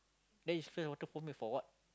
then he splash water for me for what